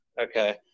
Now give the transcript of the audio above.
Okay